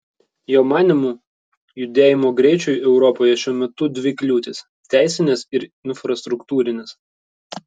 jo manymu judėjimo greičiui europoje šiuo metu dvi kliūtys teisinės ir infrastruktūrinės